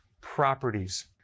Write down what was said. properties